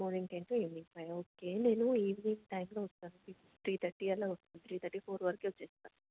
morning ten to evening five okay నేను evening టైంలో వస్తాను త్రీ థర్టీ అలా వస్తాను త్రీ థర్టీ ఫోర్ వరకు వస్తాను